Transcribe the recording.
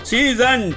Season